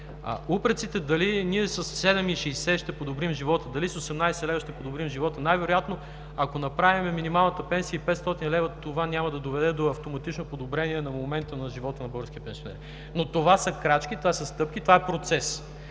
А упреците дали ние със 7,60 лв. ще подобрим живота, дали с 18,00 лв. ще подобрим живота, най-вероятно, ако направим минималната пенсия и 500 лв. това няма да доведе до автоматично подобрение на момента на живота на българските пенсионери, но това са крачки, това са стъпки, това е процес.